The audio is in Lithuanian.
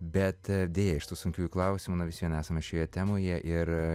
bet deja iš tų sunkiųjų klausimų na visvien esame šioje temoje ir